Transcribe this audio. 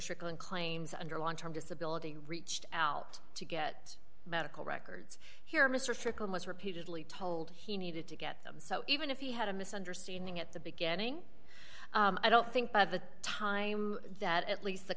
strickland claims under long term disability reached out to get medical records here mr fickleness repeatedly told he needed to get them so even if he had a misunderstanding at the beginning i don't think by the time that at least the